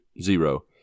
zero